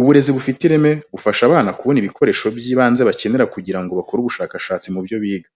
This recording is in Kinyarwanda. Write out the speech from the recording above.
Uburezi bufite ireme, bufasha abana kubona ibikoresho by'ibanze bakenera kugira ngo bakore ubushakashatsi mu byo biga.